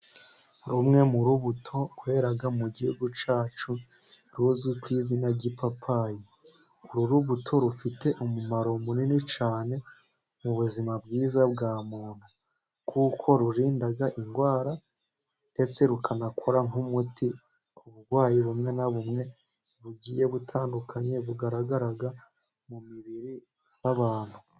Rumwe mu rubuto rwera mu gihugu cyacu ruzwi ku izina ry'ipapayi, uru rubuto rufite umumaro munini cyane mu buzima bwiza bwa muntu kuko rurinda indwara, ndetse rukanakora nk'umuti w,uburwayi bumwe na bumwe bugiye butandukanye bugaragaraga mu mibiri y'abantu.